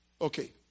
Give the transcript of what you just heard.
Okay